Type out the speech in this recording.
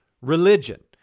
religion